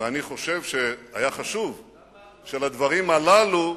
ואני חושב שלדברים הללו,